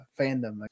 fandom